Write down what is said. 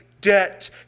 debt